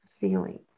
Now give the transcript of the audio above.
feeling